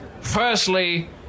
Firstly